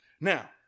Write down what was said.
Now